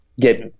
get